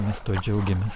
mes tuo džiaugiamės